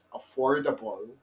affordable